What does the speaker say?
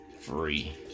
free